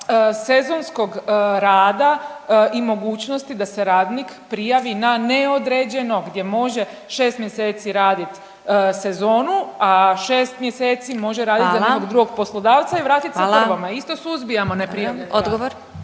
sezonskog rada i mogućnosti da se radnik prijavi na neodređeno gdje može 6 mjeseci raditi sezonu, a šest mjeseci može raditi za nekog drugog poslodavca i vratit se prvome. Isto suzbijamo neprijavljen rad.